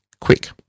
quick